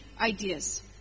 ideas